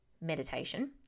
meditation